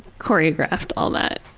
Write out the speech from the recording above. choreographed all that.